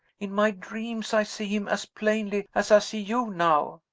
in my dreams i see him as plainly as i see you now.